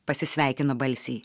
pasisveikino balsiai